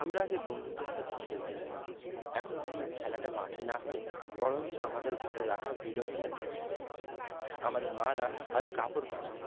আমরা আগে বন্ধুদের সাথে খেলতে যেতাম এখন সেই খেলাটা মাঠে না হয়ে বরঞ্চ আমাদের ঘরে রাখা ভিডিও গেমের মধ্যে হয়ে গেছে আমাদের মারা আগে কাপড় কাচত